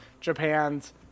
Japan's